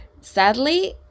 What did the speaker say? Sadly